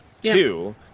Two